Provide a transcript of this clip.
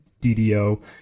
DDO